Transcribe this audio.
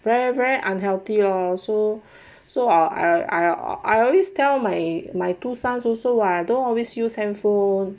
very very unhealthy lah so so I I I always tell my my two sons also what don't always use handphone